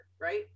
right